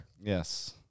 yes